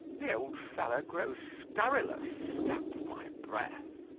the old fellow grows scurrilous, stap my breath!